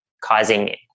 causing